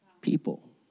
people